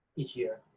each year.